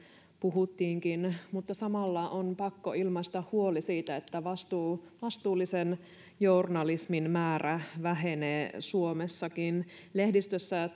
puhuttiinkin mutta samalla on pakko ilmaista huoli siitä että vastuullisen journalismin määrä vähenee suomessakin lehdistössä